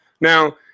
Now